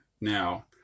now